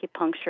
acupuncture